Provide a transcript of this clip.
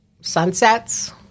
sunsets